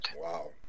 Wow